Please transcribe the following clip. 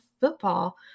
football